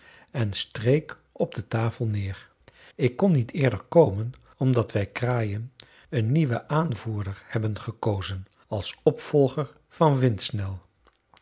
en streek op de tafel neer ik kon niet eerder komen omdat wij kraaien een nieuwen aanvoerder hebben gekozen als opvolger van windsnel